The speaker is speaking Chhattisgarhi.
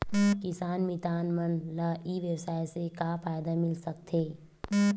किसान मितान मन ला ई व्यवसाय से का फ़ायदा मिल सकथे?